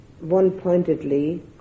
one-pointedly